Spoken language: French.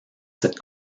cette